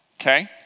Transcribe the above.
okay